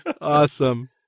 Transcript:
Awesome